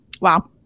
wow